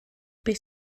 beth